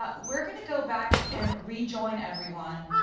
ah we are going to go back and rejoin everyone.